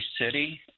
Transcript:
city